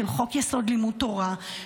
חוק יסוד: לימוד תורה,